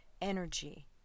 energy